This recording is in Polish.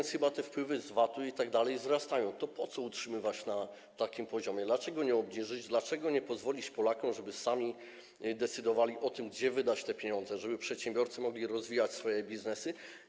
Chyba te wpływy z VAT itd. wzrastają, więc po co utrzymywać na takim poziomie, dlaczego nie obniżyć, dlaczego nie pozwolić Polakom, żeby sami decydowali o tym, gdzie wydać te pieniądze, żeby przedsiębiorcy mogli rozwijać swoje biznesy?